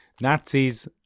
Nazis